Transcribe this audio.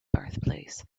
birthplace